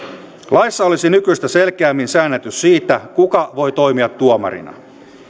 laissa olisi nykyistä selkeämmin säännelty siitä kuka voi toimia tuomarina